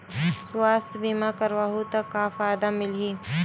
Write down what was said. सुवास्थ बीमा करवाहू त का फ़ायदा मिलही?